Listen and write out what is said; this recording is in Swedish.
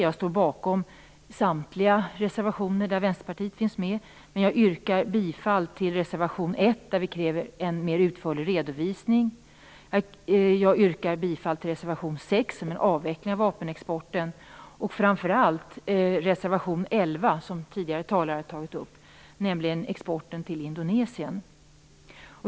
Jag står bakom samtliga reservationer där Vänsterpartiet finns med, men jag yrkar bifall till reservation 1, där vi kräver en mer utförlig redovisning och till reservation 6 om en avveckling av vapenexporten och framför allt till reservation 11 som tidigare talare har tagit upp och som gäller exporten till Indonesien.